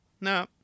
No